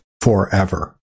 forever